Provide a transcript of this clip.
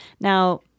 Now